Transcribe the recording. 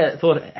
thought